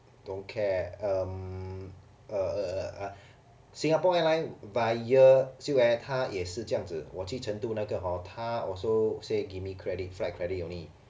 don't care um err err err err singapore airline via silkair 他也是这样子我去成都那个 hor 他 also say give me credit flight credit only